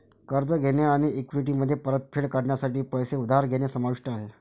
कर्ज घेणे आणि इक्विटीमध्ये परतफेड करण्यासाठी पैसे उधार घेणे समाविष्ट आहे